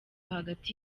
hagati